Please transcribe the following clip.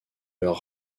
leur